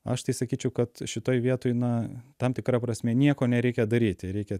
aš tai sakyčiau kad šitoj vietoj na tam tikra prasme nieko nereikia daryti reikia